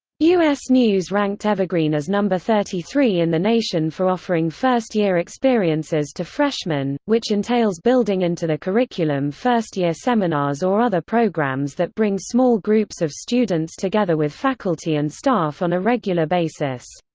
us news ranked evergreen as thirty three in the nation for offering first-year experiences to freshmen, which entails building into the curriculum first-year seminars or other programs that bring small groups of students together with faculty and staff on a regular basis.